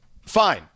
fine